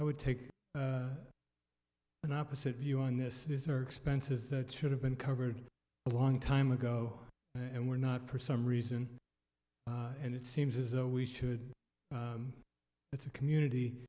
i would take an opposite view on this is or expenses that should have been covered a long time ago and were not for some reason and it seems as though we should it's a community